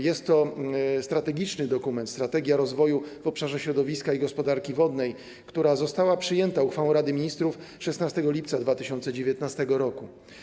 Jest to strategiczny dokument, strategia rozwoju w obszarze środowiska i gospodarki wodnej, która została przyjęta uchwałą Rady Ministrów 16 lipca 2019 r.